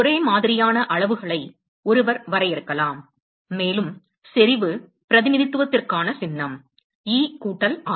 ஒரே மாதிரியான அளவுகளை ஒருவர் வரையறுக்கலாம் மேலும் செறிவு பிரதிநிதித்துவத்திற்கான சின்னம் e கூட்டல் r